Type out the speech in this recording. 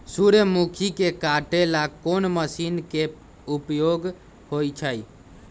सूर्यमुखी के काटे ला कोंन मशीन के उपयोग होई छइ?